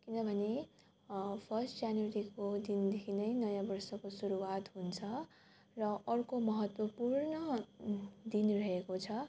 किनभने फर्स्ट जनवरीको दिनदेखि नै नयाँ बर्षको सुरुवात हुन्छ र अर्को महत्त्वपूर्ण दिन रहेको छ